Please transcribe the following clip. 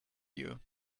you